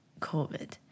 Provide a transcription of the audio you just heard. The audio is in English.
COVID